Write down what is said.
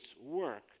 work